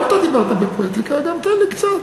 גם אתה דיברת פוליטיקה, תן לי קצת.